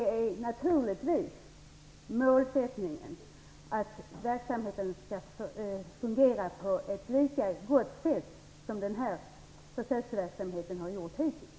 Det är naturligtvis målsättningen att verksamheten skall fungera på ett lika gott sätt som den här försöksverksamheten har gjort hittills.